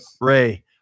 Ray